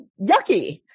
yucky